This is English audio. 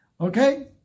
Okay